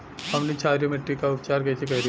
हमनी क्षारीय मिट्टी क उपचार कइसे करी?